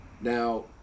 Now